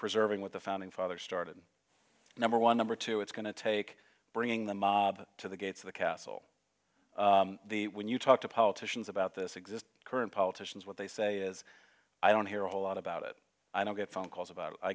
preserving what the founding fathers started number one number two it's going to take bringing the mob to the gates of the castle the when you talk to politicians about this exist current politicians what they say is i don't hear a lot about it i don't get phone calls about i